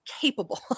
capable